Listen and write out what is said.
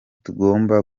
tugomba